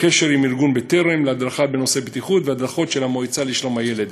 קשר עם ארגון "בטרם" להדרכה בנושא בטיחות והדרכות של המועצה לשלום הילד.